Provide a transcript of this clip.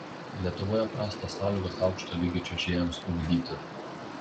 lietuvoje prastos sąlygos aukšto lygio čiuožėjams ugdyti